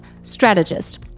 strategist